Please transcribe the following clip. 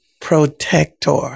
protector